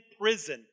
prison